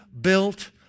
built